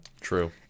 true